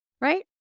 right